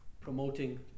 promoting